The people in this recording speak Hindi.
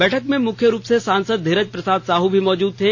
बैठक में मुख्य रूप से सांसद धीरज प्रसाद साहु भी मौजूद थे